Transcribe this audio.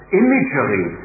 imagery